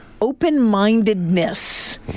open-mindedness